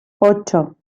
ocho